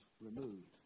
removed